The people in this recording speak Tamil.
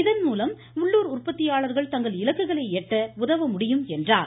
இதன்மூலம் உள்ளுர் உற்பத்தியாளர்கள் தங்கள் இலக்குகளை எட்ட உதவ வேண்டும் என்றார்